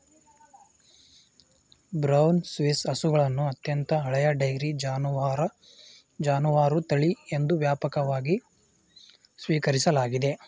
brown Swiss ಹಸುಗಳನ್ನು ಅತ್ಯಂತ ಹಳೆಯ ಡೈರಿ ಜಾನುವಾರು ತಳಿ ಎಂದು ವ್ಯಾಪಕವಾಗಿ ಸ್ವೀಕರಿಸಲಾಗಿದೆ